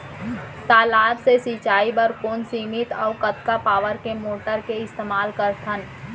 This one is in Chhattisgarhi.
तालाब से सिंचाई बर कोन सीमित अऊ कतका पावर के मोटर के इस्तेमाल करथन?